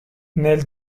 nel